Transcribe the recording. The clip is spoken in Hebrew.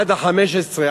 עד 15,